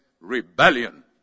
rebellion